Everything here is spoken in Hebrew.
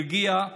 הרגיע.